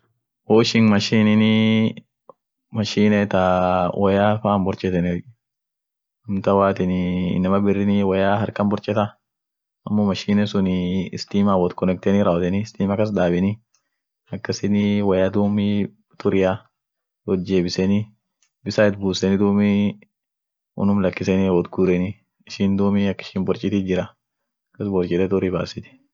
Dish woshanii kaa koda dike koda ka chaafua. guureni raawoteni wo bare woniishia sun bisaan itguureni kas nekeniet koda dikenie koda chaafua. koda chaafua inaman harkaan dika. woni sun mal kodan chaafae inaman sagale nyaateni raawoteni baretokiit wotjeebiseni dishwosha suunt guureni stima itbobeesen koda dikai.